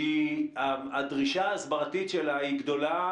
הדרישה ההסברתית שלה היא גדולה,